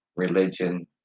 religion